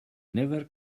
never